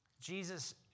Jesus